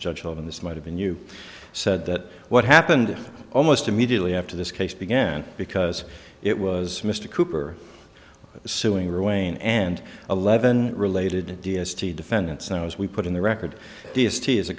judge of and this might have been you said that what happened almost immediately after this case began because it was mr cooper suing ruane and eleven related d s t defendants and i was we put in the record is t is a